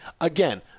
Again